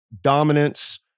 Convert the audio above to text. dominance